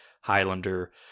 highlander